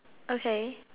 okay